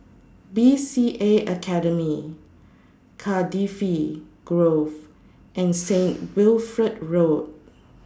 B C A Academy Cardifi Grove and Saint Wilfred Road